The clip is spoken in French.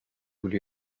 voulu